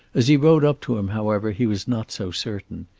as he rode up to him, however, he was not so certain.